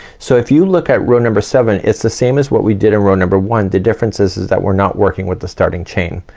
so if you look at row number seven, it's the same as what we did in row number one. the differences is that we're not working with the starting chain.